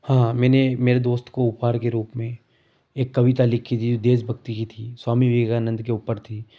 हाँ मैंने मेरे दोस्त को उपहार के रूप में एक कविता लिखी थी देश भक्ति की थी स्वामी विवेकानन्द के ऊपर थी